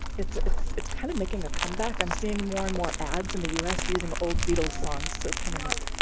it's it's kind of making a comeback. i'm seeing more and more ads in the us using old beatles songs, so it's kind of neat.